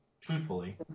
Truthfully